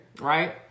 right